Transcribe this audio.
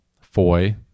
Foy